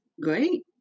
great